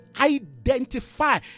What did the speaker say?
identify